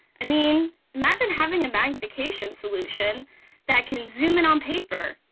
i mean, imagine having a magnification solution that can zoom in on paper,